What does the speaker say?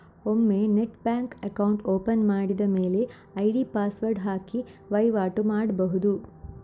ಒಮ್ಮೆ net bank account open ಮಾಡಿದ ಮೇಲೆ ಐಡಿ ಪಾಸ್ವರ್ಡ್ ಹಾಕಿ ವೈವಾಟು ಮಾಡ್ಬಹುದು